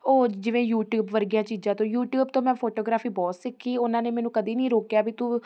ਉਹ ਜਿਵੇਂ ਯੂਟੀਊਬ ਵਰਗੀਆਂ ਚੀਜ਼ਾਂ ਤੋਂ ਯੂਟੀਊਬ ਤੋਂ ਮੈਂ ਫੋਟੋਗ੍ਰਾਫੀ ਬਹੁਤ ਸਿੱਖੀ ਉਹਨਾਂ ਨੇ ਮੈਨੂੰ ਕਦੇ ਨਹੀਂ ਰੋਕਿਆ ਵੀ ਤੂੰ